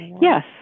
Yes